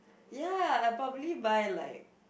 ya I'll probably buy like